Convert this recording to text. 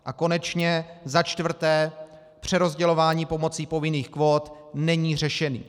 A konečně za čtvrté, přerozdělování pomocí povinných kvót není řešením.